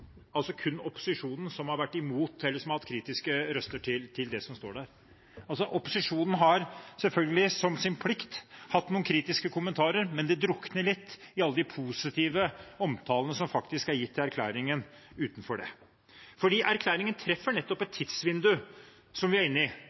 kun opposisjonen som har vært imot, eller som har hatt kritiske røster til det som står der. Opposisjonen har selvfølgelig – som sin plikt – hatt noen kritiske kommentarer, men de drukner litt i alle de positive omtalene som faktisk er gitt til erklæringen utenom det. For erklæringen treffer nettopp et tidsvindu som vi er inne i.